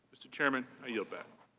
mr. chairman, i yield back.